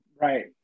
Right